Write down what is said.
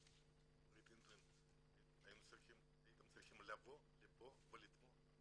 הייתם צריכים לבוא לפה ולתמוך.